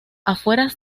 afueras